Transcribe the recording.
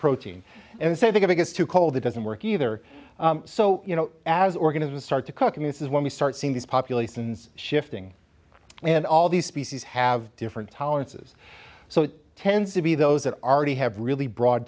protein and said that if it gets too cold it doesn't work either so you know as or going to start to cook in this is when we start seeing these populations shifting and all these species have different tolerances so it tends to be those that are already have really broad